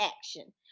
action